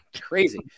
crazy